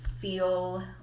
feel